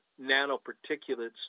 nanoparticulates